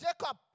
Jacob